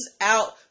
out